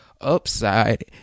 upside